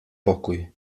pokój